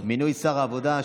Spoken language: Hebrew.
מינוי שר העבודה,